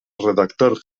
redactor